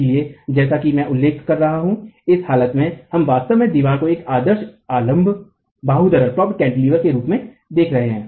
इसलिए जैसा कि मैं उल्लेख कर रहा था इस हालत में हम वास्तव में दीवार को एक आदर्श अवलम्ब बाहुधरण के रूप में देख रहे है